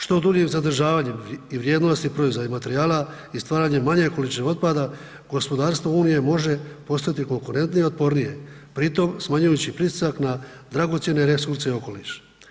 Što duljim zadržavanjem i vrijednosti proizvoda i materijala i stvaranjem manje količine otpada, gospodarstvo Unije može postati konkurentnije i otpornije, pritom smanjujući pritisak na dragocjene resurse i okoliš.